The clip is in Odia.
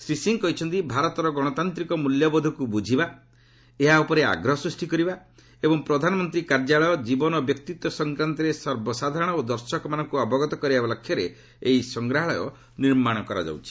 ଶ୍ରୀ ସିଂହ କହିଛନ୍ତି ଭାରତର ଗଣତାନ୍ତ୍ରିକ ମୂଲ୍ୟବୋଧକୁ ବୁଝିବା ଏହା ଉପରେ ଆଗ୍ରହ ସୃଷ୍ଟି କରିବା ଏବଂ ପ୍ରଧାନମନ୍ତ୍ରୀ କାର୍ଯ୍ୟାଳୟ ଜୀବନ ଓ ବ୍ୟକ୍ତିତ୍ୱ ସଂକ୍ରାନ୍ତରେ ଜନସାଧାରଣ ଓ ଦର୍ଶକମାନଙ୍କୁ ଅବଗତ କରାଇବା ଲକ୍ଷ୍ୟରେ ଏହି ସଂଗ୍ରହାଳୟ ନର୍ମାଣ କରାଯାଉଛି